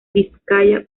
vizcaya